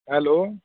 hello